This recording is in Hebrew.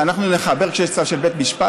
אנחנו נחבר כשיש צו של בית משפט?